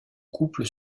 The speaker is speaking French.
couple